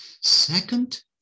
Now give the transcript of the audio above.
Second